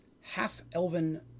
half-Elven